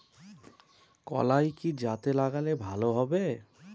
কলাই কি জাতে লাগালে ভালো হবে?